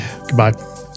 Goodbye